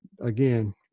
again